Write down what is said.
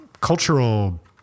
cultural